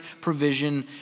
provision